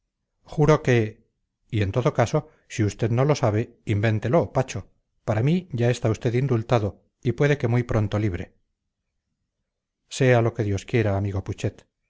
juro que y en todo caso si usted no lo sabe invéntelo pacho para mí ya está usted indultado y puede que muy pronto libre sea lo que dios quiera amigo putxet